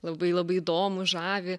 labai labai įdomu žavi